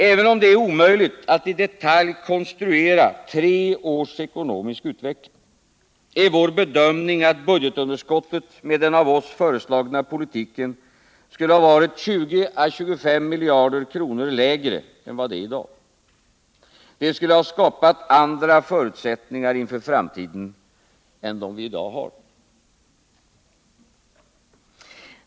Även om det är omöjligt att i detalj rekonstruera tre års ekonomisk utveckling, är vår bedömning att budgetunderskottet med den av oss föreslagna politiken skulle ha varit 20-25 miljarder kronor lägre än vad det är i dag. Det skulle ha skapat andra förutsättningar inför framtiden än dem vi i dag har.